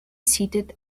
seated